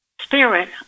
Spirit